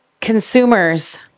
Consumers